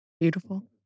Beautiful